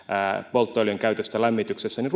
polttoöljyn käytöstä lämmityksessä niin